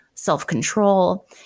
self-control